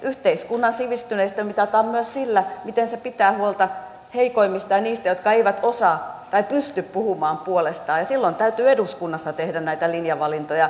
yhteiskunnan sivistyneisyys mitataan myös sillä miten se pitää huolta heikoimmista ja niistä jotka eivät osaa puhua tai pysty puhumaan puolestaan ja silloin täytyy eduskunnassa tehdä näitä linjavalintoja